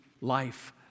life